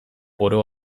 oro